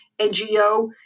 NGO